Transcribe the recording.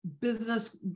business